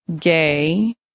gay